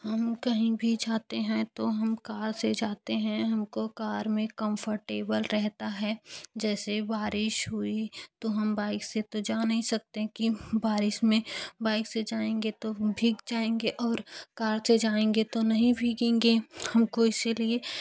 हम कहीं भी जाते हैं तो हम कार से जाते हैं हमको कर में कंफ़र्टेबल रहता है जैसे बारिश हुई तो हम बाइक से तो जा नहीं सकते कि बारिश में बाइक से जाएँगे तो भीग जाएँगे और कार से जाएँगे तो नहीं भीगेंगे हमको इसीलिए